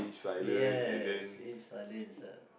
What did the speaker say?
yes in silence ah